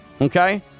Okay